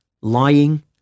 lying